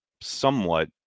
somewhat